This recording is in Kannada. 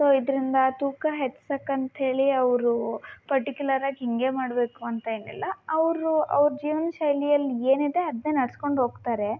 ಸೊ ಇದರಿಂದ ತೂಕ ಹೆಚ್ಸಕ್ಕೆ ಅಂತ ಹೇಳಿ ಅವರು ಪರ್ಟಿಕ್ಯುಲರಾಗಿ ಹೀಗೇ ಮಾಡಬೇಕು ಅಂತ ಏನಿಲ್ಲ ಅವರು ಅವ್ರ ಜೀವ್ನ ಶೈಲಿಯಲ್ಲಿ ಏನಿದೆ ಅದನ್ನೇ ನಡ್ಸ್ಕೊಂಡು ಹೋಗ್ತಾರೆ